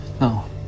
No